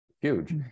Huge